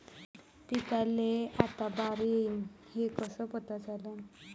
पिकाले आता बार येईन हे कसं पता लागन?